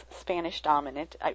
Spanish-dominant